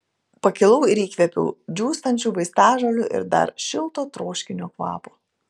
pakilau ir įkvėpiau džiūstančių vaistažolių ir dar šilto troškinio kvapo